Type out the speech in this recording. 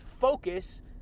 focus